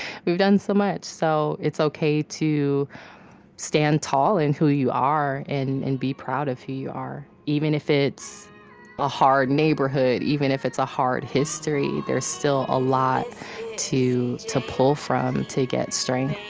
we've done so much. so it's ok to stand tall in who you are and be proud of who you are. even if it's a hard neighborhood, even if it's a hard history, there's still a lot to to pull from to get strength